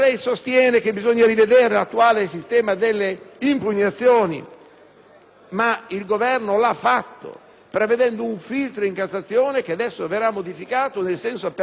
il Governo lo ha fatto, prevedendo un filtro in Cassazione che adesso verrà modificato, nel senso peraltro auspicato dalla maggioranza della nostra Commissione.